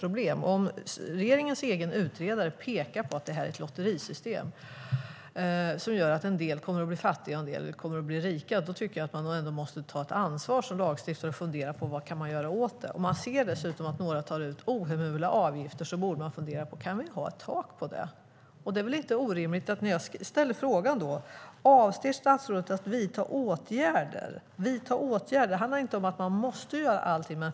Om regeringens egen utredare pekar på att det här är ett lotterisystem som gör att en del kommer att bli fattiga och en del kommer att bli rika tycker jag ändå att man som lagstiftare måste ta ansvar och fundera på vad man kan göra åt det. Om vi dessutom ser att några tar ut ohemula avgifter borde vi fundera på om vi kan ha ett tak för det. Det är väl inte orimligt att jag frågar om statsrådet avser att vidta några åtgärder - att vidta åtgärder handlar inte om att man måste göra allting.